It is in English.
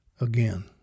again